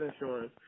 insurance